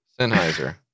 Sennheiser